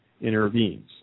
intervenes